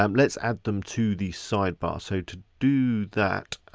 um let's add them to the sidebar. so to do that,